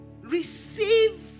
receive